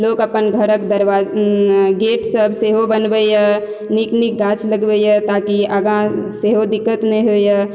लोक अपन घरक दरवाजा गेट सब सेहो बनबैया नीक नीक गाछ लगबैया ताकि आगाँ सेहो दिक्कत नहि होइया